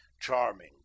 charming